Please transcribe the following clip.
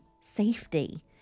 safety